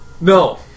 No